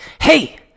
hey